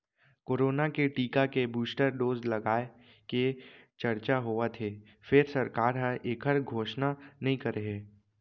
corona के टीका के बूस्टर डोज लगाए के चरचा होवत हे फेर सरकार ह एखर घोसना नइ करे हे